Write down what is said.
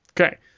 Okay